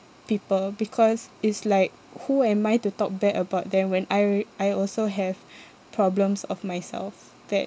people because is like who am I to talk bad about them when I I also have problems of myself that